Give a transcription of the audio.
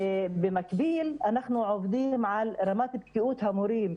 במקביל אנחנו עובדים עם רמת בקיאות המורים.